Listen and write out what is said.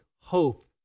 hope